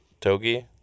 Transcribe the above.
togi